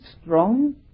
strong